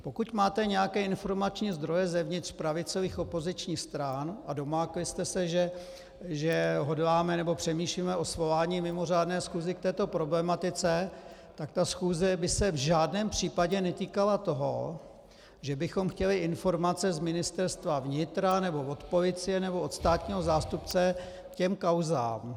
Pokud máte nějaké informační zdroje zevnitř pravicových opozičních stran a domákli jste se, že hodláme nebo přemýšlíme o svolání mimořádné schůze k této problematice, tak ta schůze by se v žádném případě netýkala toho, že bychom chtěli informace z Ministerstva vnitra nebo od policie nebo od státního zástupce k těm kauzám.